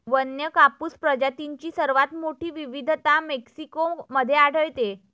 वन्य कापूस प्रजातींची सर्वात मोठी विविधता मेक्सिको मध्ये आढळते